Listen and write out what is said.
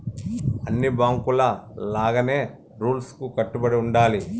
అన్ని బాంకుల లాగానే రూల్స్ కు కట్టుబడి ఉండాలి